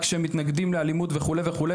רק שהם מתנגדים לאלימות וכו' וכו'.